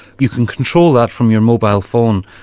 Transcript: you can control that from your mobile phone,